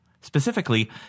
Specifically